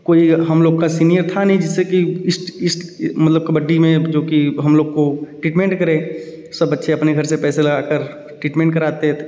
कोई हम लोग का सीनियर था नहीं जिससे कि इस्ट इस्ट मतलब कबड्डी में जो कि हम लोग को ट्रीटमेंट करे सब बच्चे अपने घर से पैसे लगाकर ट्रीटमेंट कराते